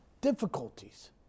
difficulties